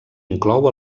inclou